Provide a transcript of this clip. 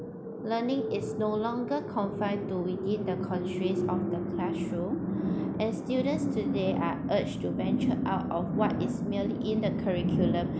learning is no longer confined to within the constraints of the classroom and students today are urged to venture out of what is merely in the curriculum